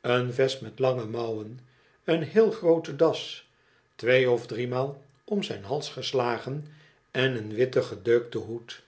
een vest met lange mouwen een heel groote das twee of driemaal om zijn hals geslagen en een witten gedeukten hoed